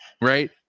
right